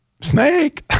snake